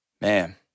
Man